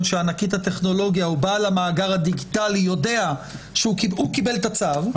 שענקית הטכנולוגיה או בעל המאגר הדיגיטלי יודע כי הוא קיבל את הצו,